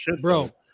bro